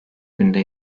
günde